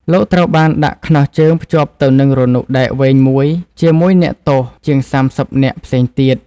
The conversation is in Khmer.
លោកត្រូវបានដាក់ខ្នោះជើងភ្ជាប់ទៅនឹងរនុកដែកវែងមួយជាមួយអ្នកទោសជាងសាមសិបនាក់ផ្សេងទៀត។